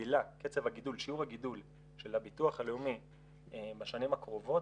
שיעור הגידול של הביטוח הלאומי בשנים הקרובות